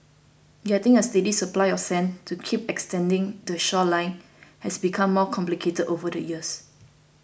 getting a steady supply of sand to keep extending the shoreline has become more complicated over the years